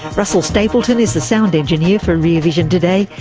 russell stapleton is the sound engineer for rear vision today.